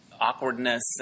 awkwardness